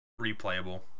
replayable